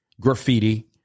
graffiti